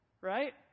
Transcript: right